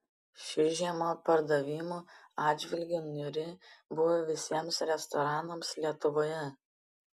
ši žiema pardavimų atžvilgiu niūri buvo visiems restoranams lietuvoje